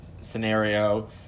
scenario